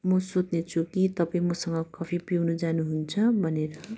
म सोध्ने छु कि तपाईँ मसँग कफी पिउनु जानु हुन्छ भनेर